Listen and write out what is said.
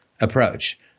approach